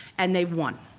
and they've won.